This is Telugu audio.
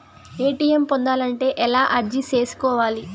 ఎ.టి.ఎం పొందాలంటే ఎలా అర్జీ సేసుకోవాలి?